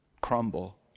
crumble